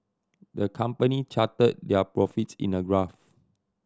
the company charted their profits in a graph